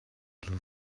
little